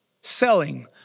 selling